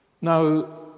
Now